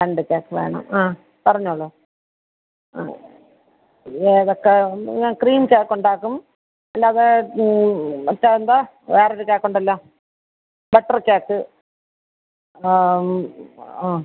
രണ്ട് കേക്ക് വേണം ആ പറഞ്ഞോളൂ ആ ഏതൊക്കെ ക്രീം കേക്ക് ഉണ്ടാക്കും അല്ലാതെ മറ്റേ എന്താണ് വേറെ ഒരു കേക്ക് ഉണ്ടല്ലോ ബട്ടർ കേക്ക് ആ